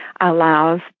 allows